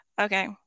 Okay